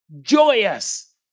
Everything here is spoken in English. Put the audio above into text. joyous